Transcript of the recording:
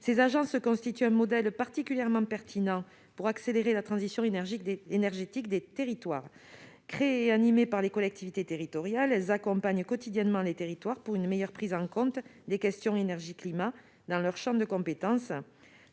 Ces agences constituent un modèle particulièrement pertinent pour accélérer la transition énergétique des territoires. Créées et animées par les collectivités territoriales, elles accompagnent quotidiennement les territoires pour une meilleure prise en compte des questions d'énergie et de climat dans leurs champs de compétences,